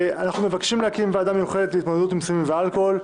אנחנו מבקשים להקים ועדה מיוחדת להתמודדות עם הסמים והאלכוהול,